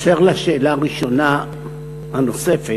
באשר לשאלה הראשונה הנוספת,